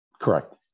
correct